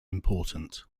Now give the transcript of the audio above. important